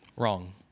wrong